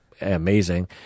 amazing